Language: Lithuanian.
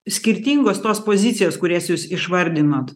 skirtingos tos pozicijos kurias jūs išvardinot